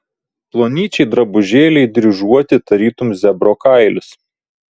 plonyčiai drabužėliai dryžuoti tarytum zebro kailis